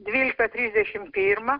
dvyliktą trisdešim pirmą